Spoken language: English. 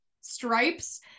stripes